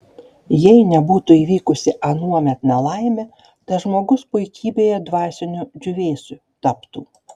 jei nebūtų įvykusi anuomet nelaimė tas žmogus puikybėje dvasiniu džiūvėsiu taptų